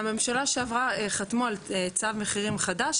בממשלה שעברה חתמו על צו מחירים חדש,